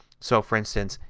so, for instance,